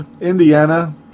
Indiana